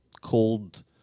cold